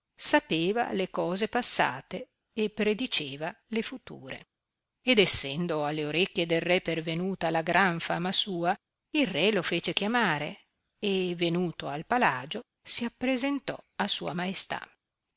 sapeva le cose passate e prediceva le future ed essendo alle orecchie del re pervenuta la gran fama sua il re lo fece chiamare e venuto al palagio si appresentò a sua maestà